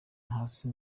hasi